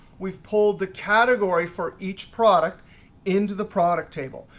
we've pulled the category for each product into the product table.